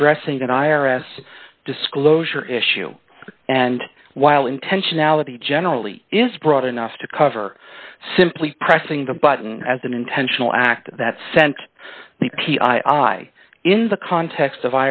addressing an i r s disclosure issue and while intentionality generally is broad enough to cover simply pressing the button as an intentional act that sent in the context of